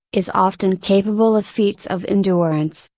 is often capable of feats of endurance,